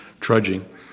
trudging